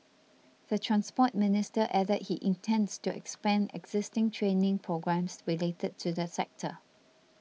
the Transport Minister added he intends to expand existing training programmes related to the sector